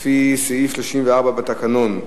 לפי סעיף 34 בתקנון,